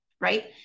right